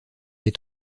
est